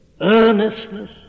earnestness